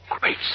Great